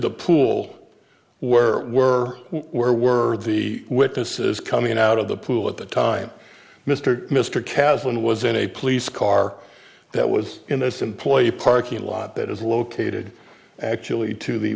the pool were were were words the witnesses coming out of the pool at the time mr mr catlin was in a police car that was in its employee parking lot that is located actually to the